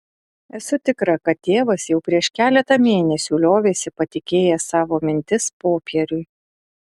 esu tikra kad tėvas jau prieš keletą mėnesių liovėsi patikėjęs savo mintis popieriui